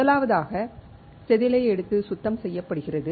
முதலாவதாக செதில் எடுத்து சுத்தம் செய்யப்படுகிறது